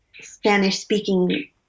Spanish-speaking